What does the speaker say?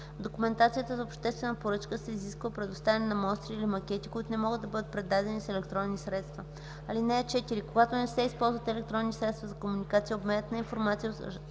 документацията за обществената поръчка се изисква представяне на мостри или макети, които не могат да бъдат предадени с електронни средства. (4) Когато не се използват електронни средства за комуникация, обменът на информация